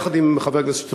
יחד עם חבר הכנסת שטרית,